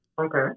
okay